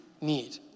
need